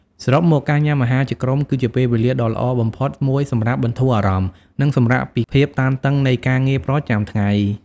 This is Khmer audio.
សរុបមក ការញ៉ាំអាហារជាក្រុមគឺជាពេលវេលាដ៏ល្អបំផុតមួយសម្រាប់បន្ធូរអារម្មណ៍និងសម្រាកពីភាពតានតឹងនៃការងារប្រចាំថ្ងៃ។